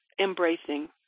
embracing